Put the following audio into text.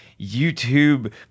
YouTube